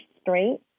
straight